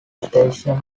station